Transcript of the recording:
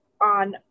on